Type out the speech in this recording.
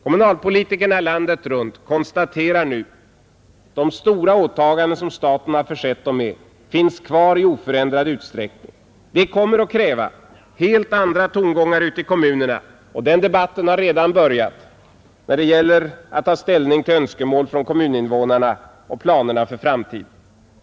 Kommunalpolitikerna landet runt konstaterar nu att de stora åtaganden som staten försett dem med finns kvar i oförändrad utsträckning. Det kommer att kräva helt andra tongångar ute i kommunerna — och den debatten har redan börjat — när det gäller att ta ställning till önskemål från kommuninvånarna och planera för framtiden.